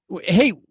Hey